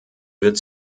wird